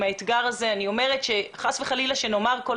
כמובן שזה גורם נוסף להדבקה שחייבים לקחת אותו בחשבון.